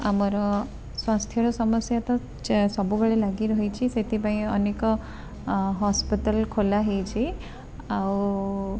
ଆମର ସ୍ଵାସ୍ଥ୍ୟର ସମସ୍ୟା ତ ସବୁବେଳେ ଲାଗି ରହିଛି ସେଥିପାଇଁ ଅନେକ ହସ୍ପିଟାଲ ଖୋଲା ହେଇଛି ଆଉ